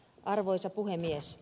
arvoisa puhemies